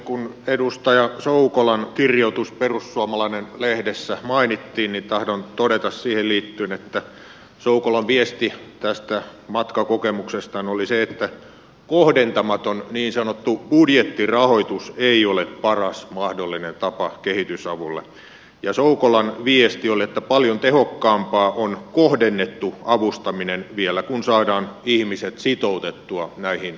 kun edustaja soukolan kirjoitus perussuomalainen lehdessä mainittiin niin tahdon todeta siihen liittyen että soukolan viesti tästä matkakokemuksestaan oli se että kohdentamaton niin sanottu budjettirahoitus ei ole paras mahdollinen tapa kehitysavulle ja soukolan viesti oli että paljon tehokkaampaa on kohdennettu avustaminen vielä kun saadaan ihmiset sitoutettua näihin